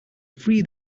free